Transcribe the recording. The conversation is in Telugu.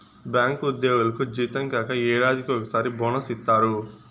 బ్యాంకు ఉద్యోగులకు జీతం కాక ఏడాదికి ఒకసారి బోనస్ ఇత్తారు